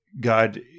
God